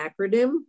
acronym